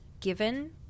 given